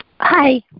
Hi